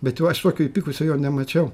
bet jo aš tokio įpykusio jo nemačiau